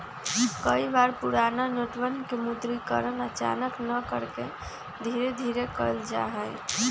कई बार पुराना नोटवन के विमुद्रीकरण अचानक न करके धीरे धीरे कइल जाहई